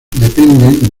dependen